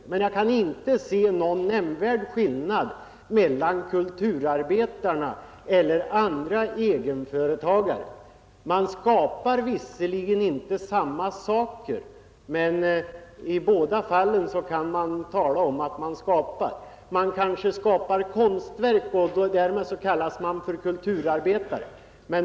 Jag kan emellertid inte se någon nämnvärd skillnad mellan kulturarbetarna och andra egenföretagare. Man skapar visserligen inte samma saker, men i båda fallen kan vi säga att man skapar. Man kanske skapar konstverk och därmed kallas man för kulturarbetare.